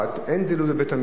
אין זילות של בית-המשפט?